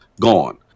Gone